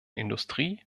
industrie